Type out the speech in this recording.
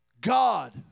god